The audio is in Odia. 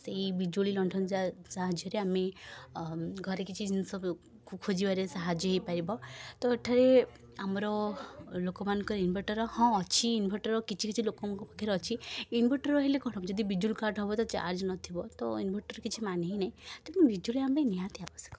ସେହି ବିଜୁଳି ଲଣ୍ଠନ ସାହାଯ୍ୟରେ ଆମେ ଘରେ କିଛି ଜିନିଷ ଖୋଜିବାରେ ସାହାଯ୍ୟ ହେଇପାରିବ ତ ଏଠାରେ ଆମର ଲୋକମାନଙ୍କର ଇନଭଟର୍ ହଁ ଅଛି ଇନଭଟର୍ କିଛି କିଛି ଲୋକଙ୍କ ପାଖରେ ଅଛି ଇନଭଟର୍ ହେଲେ କ'ଣ ହବ ଯଦି ବିଜୁଳି କାଟ ହବ ତ ଚାର୍ଜ ନଥିବ ତ ଇନଭଟର୍ କିଛି ମାନେ ହିଁ ନାହିଁ ତେଣୁ ବିଜୁଳି ଆମପାଇଁ ନିହାତି ଆବଶ୍ୟକ